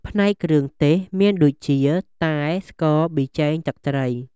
ផ្នែកគ្រឿងទេស មានដូចជា តែ ស្ករ ប៊ីចេង ទឹកត្រី។